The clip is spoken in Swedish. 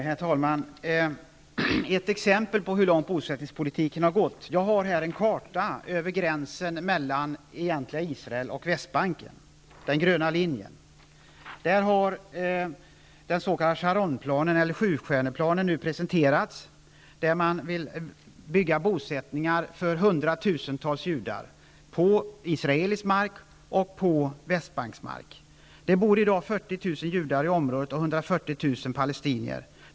Herr talman! Ett exempel på hur långt bosättningspolitiken har gått visar en karta som jag har här. Den visar gränsen mellan det egentliga Israel och Västbanken -- den gröna linjen. Där har den s.k. Sharon-planen eller sjustjärneplanen presenterats. Enligt denna skall man bygga bostäder för hundratusentals judar på israelisk mark och på Västbanksmark. Det bor i dag 40 000 judar i området och 140 000 palestinier.